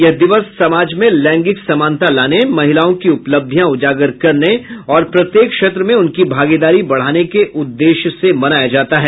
यह दिवस समाज में लैंगिक समानता लाने महिलाओं की उपलब्धियां उजागर करने और प्रत्येक क्षेत्र में उनकी भागीदारी बढ़ाने के उद्देश्य से मनाया जाता है